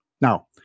Now